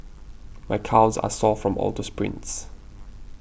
my calves are sore from all to sprints